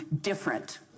different